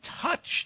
touched